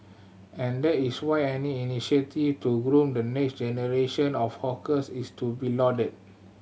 and that is why any initiative to groom the next generation of hawkers is to be lauded